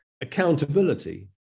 accountability